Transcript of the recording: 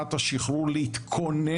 ולא רק על אלו שעברו התקף כמו שאני